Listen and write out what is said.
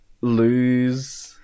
Lose